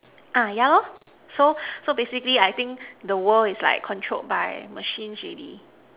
ah yeah loh so so basically I think the world is like controlled by machines already